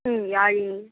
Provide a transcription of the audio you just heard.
ம் யாழினி